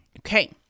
okay